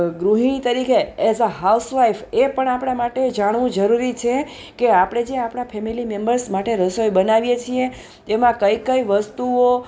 ગૃહિણી તરીકે as a housewife એ પણ આપણા માટે જાણવું જરૂરી છે કે આપણે જે આપણા ફેમિલી મેમ્બર્સ માટે રસોઈ બનાવીએ છીએ એમાં કઈ કઈ વસ્તુઓ